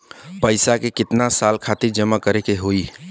पैसा के कितना साल खातिर जमा करे के होइ?